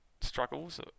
struggles